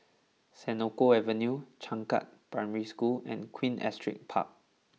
Senoko Avenue Changkat Primary School and Queen Astrid Park